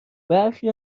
برخی